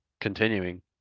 continuing